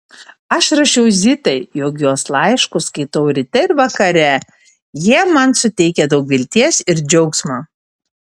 aš rašiau zitai jog jos laiškus skaitau ryte ir vakare jie man suteikia daug vilties ir džiaugsmo